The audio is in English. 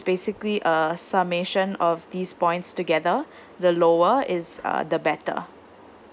basically a summation of these points together the lower is uh the better